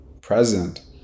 present